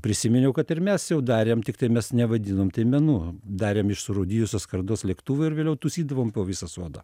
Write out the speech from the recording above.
prisiminiau kad ir mes jau darėm tiktai mes nevadinom tai menu darėm iš surūdijusios skardos lėktuvą ir vėliau tūsydavom po visą sodą